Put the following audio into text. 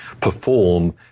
perform